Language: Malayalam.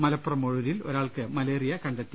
മലപ്പുറം ഒഴൂരിൽ ഒരാൾക്ക് മലേറിയ കണ്ടെത്തി